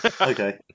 Okay